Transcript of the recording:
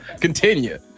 Continue